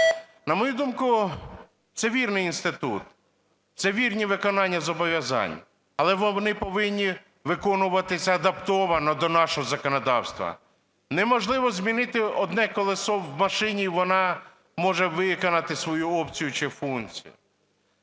На мою думку, це вірний інститут, це вірні виконання зобов'язань, але вони повинні виконуватися адаптовано до нашого законодавства. Неможливо змінити одне колесо у машині і вона може виконати свою опцію чи функцію.